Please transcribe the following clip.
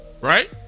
right